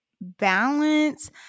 balance